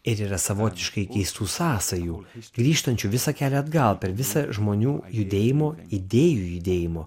ir yra savotiškai keistų sąsajų grįžtančių visą kelią atgal per visą žmonių judėjimo idėjų judėjimo